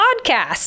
podcast